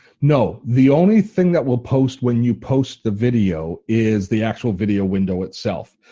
no, the only thing that will post when you post the video is the actual video window itself.